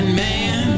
man